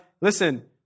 listen